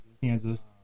Kansas